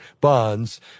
bonds